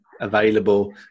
available